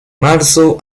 marzo